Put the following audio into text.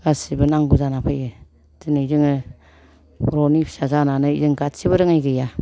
गासिबो नांगौ जानानै फैयो दिनै जोङो बर'नि फिसा जानानै जों गासिबो रोङै गैया